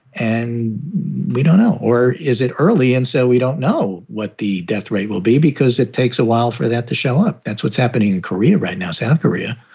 and we don't know. or is it early? and so we don't know what the death rate will be because it takes a while for that to show up. that's what's happening in korea right now, south korea.